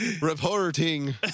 Reporting